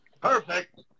Perfect